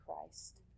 Christ